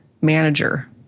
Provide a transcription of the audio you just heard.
manager